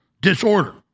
disorder